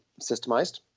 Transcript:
systemized